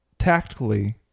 Tactically